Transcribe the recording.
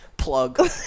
plug